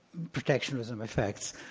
protectionism effects.